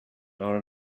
are